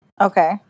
Okay